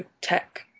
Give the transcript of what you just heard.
tech